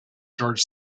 george